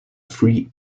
free